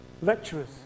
lecturers